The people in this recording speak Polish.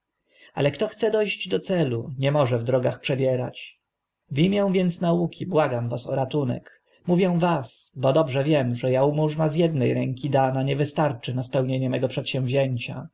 ale kto chce do ść do celu nie może w drogach przebierać w imię więc nauki błagam was o ratunek mówię was bo dobrze wiem że ałmużna z edne ręki dana nie wystarczy na spełnienie mego przedsięwzięcia